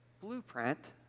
blueprint